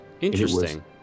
Interesting